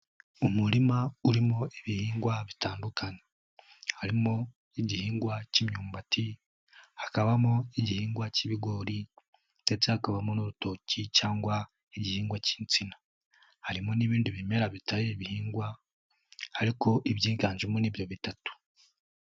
Umuririma urimo ibihingwa bitandukanye. Harimo n'igihingwa cy'imyumbati, hakabamo igihingwa cy'ibigori ndetse hakabamo n'urutoki cyangwa igihingwa cy'insina. Harimo n'ibindi bimera bitari ibihingwa, ariko ibyiganjemo ni ibyo bitatu.